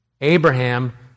Abraham